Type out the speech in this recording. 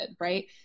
right